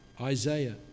Isaiah